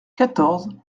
quatorze